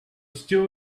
still